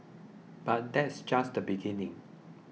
but that's just the beginning